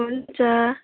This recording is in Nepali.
हुन्छ